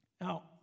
Now